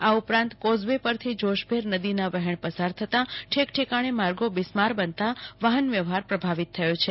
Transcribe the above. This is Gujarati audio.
આ ઉપરાંત કોઝ વે પરથી જોશભેર નદીના વહેણ પસાર થતા ઠેકઠેકાણે માર્ગો બિસ્માર બનતા વાહન વ્યવહાર પ્રભાવિત થયો છે